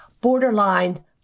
borderline